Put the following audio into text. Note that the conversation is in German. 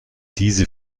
diese